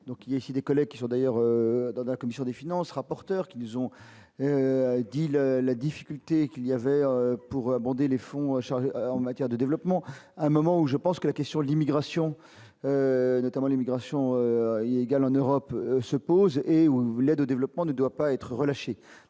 il y a aussi des collègues qui sont d'ailleurs dans la commission des finances, rapporteur qui nous ont dit la la difficulté qu'il y avait pour abonder les fonds chargé en matière de développement, à un moment où je pense que la question de l'immigration, notamment l'immigration illégale en Europe se pose et où l'aide au développement ne doit pas être relâchés